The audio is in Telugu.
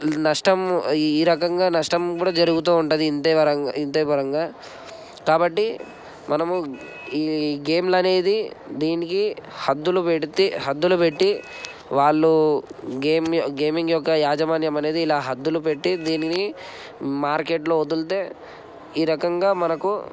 నష్టం ఈ రకంగా నష్టం కూడా జరుగుతు ఉంటుంది ఇంతే ఘోరం ఇంతే ఘోరంగా కాబట్టి మనము ఈ గేమ్లు అనేది దీనికి హద్దులు పెడితే హద్దులు పెట్టి వాళ్ళు గేమ్ని గేమింగ్ యొక్క యాజమాన్యం అనేది ఇలా హద్దులు పెట్టి దీనిని మార్కెట్లో వదిలుతే ఈ రకంగా మనకు